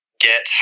get